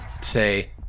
say